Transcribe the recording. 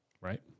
right